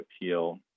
appeal